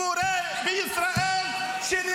עם מורה בישראל -- אנחנו מסכימים.